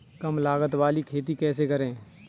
कम लागत वाली खेती कैसे करें?